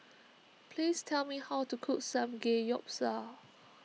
please tell me how to cook Samgeyopsal